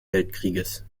weltkriegs